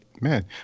man